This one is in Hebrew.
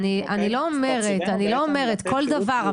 אני לא אומרת, אני לא אומרת כל דבר.